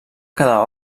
quedar